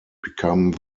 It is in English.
become